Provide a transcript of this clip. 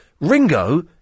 Ringo